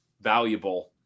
valuable